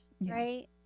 right